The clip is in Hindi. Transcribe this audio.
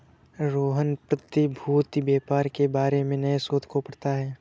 रोहन प्रतिभूति व्यापार के बारे में नए शोध को पढ़ता है